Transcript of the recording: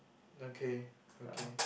okay okay